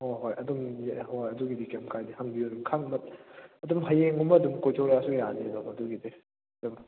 ꯍꯣꯏ ꯍꯣꯏ ꯑꯗꯨꯝ ꯍꯣꯏ ꯑꯗꯨꯒꯤꯗꯤ ꯀꯦꯝ ꯀꯥꯏꯗꯦ ꯍꯪꯕꯤꯌꯨ ꯈꯪꯕ ꯑꯗꯨꯝ ꯍꯌꯦꯡꯒꯨꯝꯕ ꯑꯗꯨꯝ ꯀꯣꯏꯊꯣꯔꯛꯑꯁꯨ ꯌꯥꯅꯤ ꯑꯗꯨꯝ ꯑꯗꯨꯒꯤꯗꯤ ꯑꯗꯨꯝ